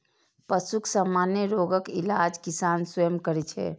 पशुक सामान्य रोगक इलाज किसान स्वयं करै छै